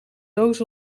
doos